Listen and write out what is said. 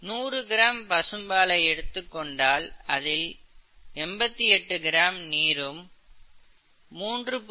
100 gram பசும்பாலை எடுத்துக் கொண்டால் அதில் 88 கிராம் நீரும் 3